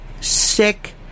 sick